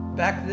back